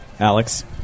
Alex